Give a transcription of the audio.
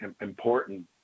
important